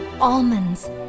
almonds